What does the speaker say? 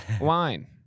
wine